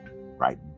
right